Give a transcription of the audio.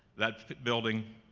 that building